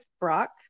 brock